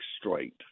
straight